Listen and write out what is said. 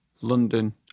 London